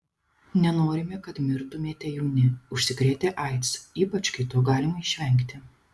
nenorime kad mirtumėte jauni užsikrėtę aids ypač kai to galima išvengti